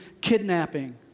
kidnapping